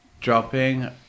dropping